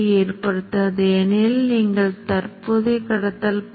மீண்டும் அலை வடிவங்களைப் பாருங்கள் நீங்கள் ஏற்கனவே நிலையான நிலையில் இருப்பதைக் காணலாம்